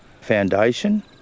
foundation